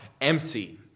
empty